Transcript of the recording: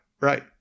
right